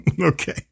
Okay